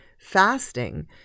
fasting